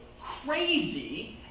crazy